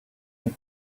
rope